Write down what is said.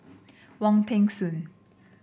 Wong Peng Soon